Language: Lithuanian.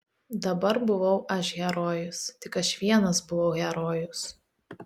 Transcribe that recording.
dabar buvau aš herojus tik aš vienas buvau herojus